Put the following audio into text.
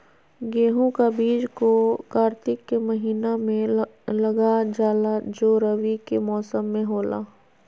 गेहूं का बीज को कार्तिक के महीना में लगा जाला जो रवि के मौसम में होला